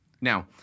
Now